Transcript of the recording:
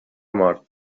mort